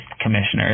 commissioners